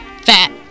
Fat